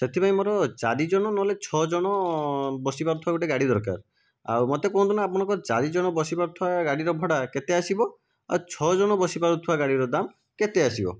ସେଥିପାଇଁ ମୋର ଚାରିଜଣ ନହେଲେ ଛଅ ଜଣ ବସିପାରୁଥିବା ଗୋଟିଏ ଗାଡ଼ି ଦରକାର ଆଉ ମୋତେ କୁହନ୍ତୁ ନା ଆପଣଙ୍କ ଚାରିଜଣ ବସିପାରୁଥିବା ଗାଡ଼ିର ଭଡ଼ା କେତେ ଆସିବ ଆଉ ଛଅ ଜଣ ବସିପାରୁଥିବା ଗାଡ଼ିର ଦାମ୍ କେତେ ଆସିବ